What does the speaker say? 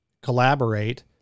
collaborate